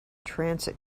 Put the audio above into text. transit